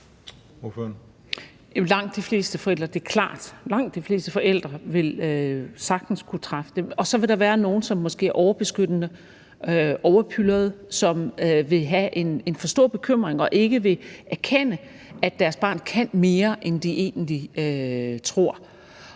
Langt de fleste forældre vil sagtens kunne træffe den beslutning. Så vil der være nogle, som måske er overbeskyttende og overpylrede, som vil have en stor bekymring over det og ikke vil erkende, at deres barn kan mere, end de tror.